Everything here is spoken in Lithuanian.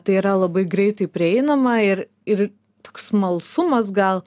tai yra labai greitai prieinama ir ir toks smalsumas gal